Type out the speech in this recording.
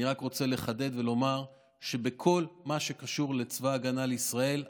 אני רק רוצה לחדד ולומר שבכל מה שקשור בצבא ההגנה לישראל,